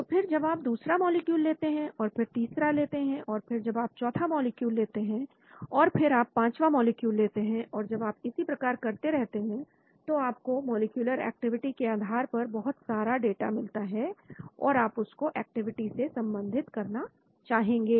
तो फिर जब आप दूसरा मॉलिक्यूल लेते हैं और फिर तीसरा लेते हैं और फिर जब आप चौथा मॉलिक्यूल लेते हैं और फिर आप पांचवा मॉलिक्यूल लेते हैं और जब आप इसी प्रकार करते रहते हैं तब आपको मॉलिक्यूलर एक्टिविटी के आधार पर बहुत सा डाटा मिलता है और आप उसको एक्टिविटी से संबंधित करना चाहेंगे